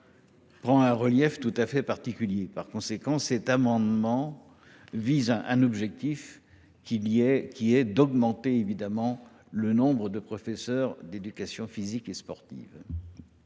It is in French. prend un relief tout à fait particulier. Par conséquent, cet amendement vise à augmenter le nombre de professeurs d’éducation physique et sportive.